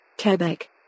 Quebec